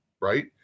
right